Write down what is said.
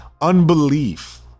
Unbelief